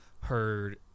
heard